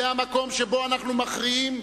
זה המקום שבו אנחנו מכריעים,